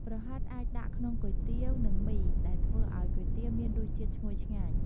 ប្រហិតអាចដាក់ក្នុងគុយទាវ និងមី ដែលធ្វើឱ្យគុយទាវមានរសជាតិឈ្ងុយឆ្ងាញ់។